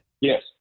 Yes